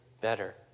better